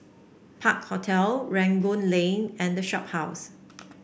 Park Hotel Rangoon Lane and The Shophouse